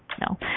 no